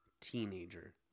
teenager